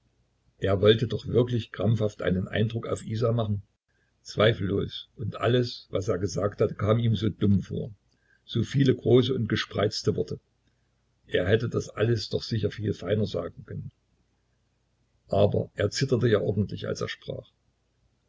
er wollte doch wirklich krampfhaft einen eindruck auf isa machen zweifellos und alles was er gesagt hatte kam ihm so dumm vor so viele große und gespreizte worte er hätte das alles doch sicher viel feiner sagen können aber er zitterte ja ordentlich als er sprach